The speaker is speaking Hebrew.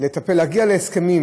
להגיע להסכמים